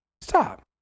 stop